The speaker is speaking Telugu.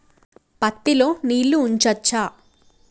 పత్తి లో నీళ్లు ఉంచచ్చా?